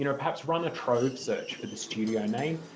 you know perhaps run a trove search for the studio name.